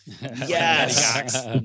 Yes